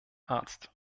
arzt